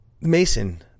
Mason